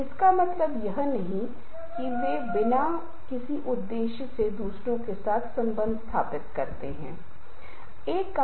तो यह भी शैलियों में से एक है कि अगर स्थिति ऐसी है कि हम सहयोगात्मक अनुसंधान सहयोगात्मक कार्य कर सकते हैं जो बेहतर है